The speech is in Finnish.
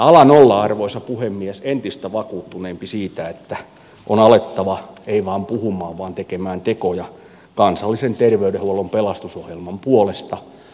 alan olla arvoisa puhemies entistä vakuuttuneempi siitä että on alettava ei vain puhumaan vaan tekemään tekoja kansallisen terveydenhuollon pelastusohjelman puolesta